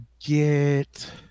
get